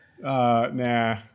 nah